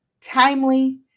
timely